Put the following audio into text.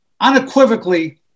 unequivocally